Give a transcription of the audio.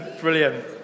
brilliant